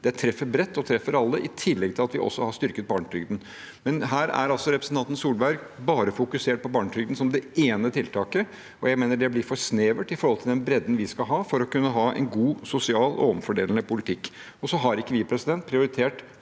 SFO, treffer bredt og treffer alle, i tillegg til at vi også har styrket barnetrygden. Men her er altså representanten Solberg bare fokusert på barnetrygden som det ene tiltaket, og jeg mener det blir for snevert i forhold til den bredden vi skal ha for å kunne ha en god sosial og omfordelende politikk. Og vi har ikke prioritert